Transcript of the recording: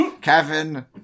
Kevin